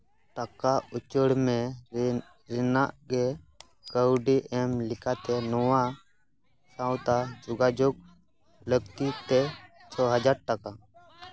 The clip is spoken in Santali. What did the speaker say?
ᱴᱟᱠᱟ ᱩᱪᱟᱹᱲ ᱢᱮ ᱤᱧ ᱤᱱᱟ ᱜ ᱜᱮ ᱠᱟᱹᱣᱰᱤ ᱮᱢ ᱞᱮᱠᱟᱛᱮ ᱱᱚᱣᱟ ᱜᱟᱶᱛᱟ ᱡᱳᱜᱟᱡᱳᱜ ᱞᱟᱹᱠᱛᱤ ᱛᱮ ᱪᱷᱚ ᱦᱟᱡᱟᱨ ᱴᱟᱠᱟ